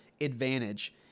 advantage